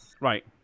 Right